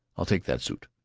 i'll take that suit,